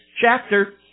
chapter